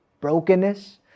brokenness